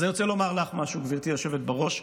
אז אני רוצה לומר לך משהו, גברתי היושבת בראש,